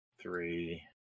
three